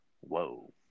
Whoa